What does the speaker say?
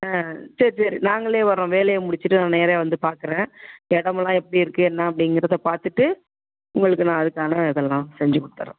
ஆ ஆ சரி சரி நாங்களே வரோம் வேலையை முடிச்சிவிட்டு நான் நேரே வந்து பார்க்குறேன் இடம் எல்லாம் எப்படி இருக்கு என்ன அப்படிங்கிறத பார்த்துட்டு உங்களுக்கு நான் அடுத்த நாளே இதல்லாம் செஞ்சு கொடுத்துறேன்